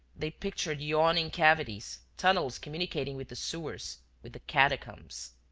they pictured yawning cavities, tunnels communicating with the sewers, with the catacombs.